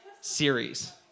series